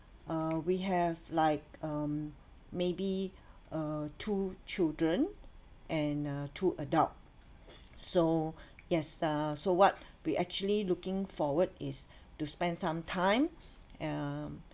uh we have like um maybe uh two children and uh two adult so yes uh so what we actually looking forward is to spend some time um